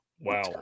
Wow